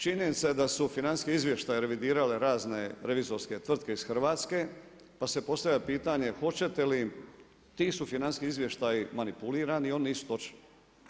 Činjenica je da su financijska izvještaja revidirala razne revizorske tvrtke iz Hrvatske, pa se postavlja pitanje, hoćete li, ti su financijski izvještaji manipulirani i oni nisu točni.